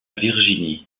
virginie